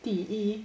第一